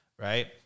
right